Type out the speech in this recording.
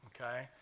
okay